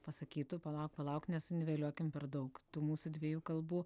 pasakytų palauk palauk nesuniveliuokim per daug tų mūsų dviejų kalbų